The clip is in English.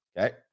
Okay